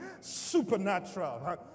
supernatural